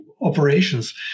operations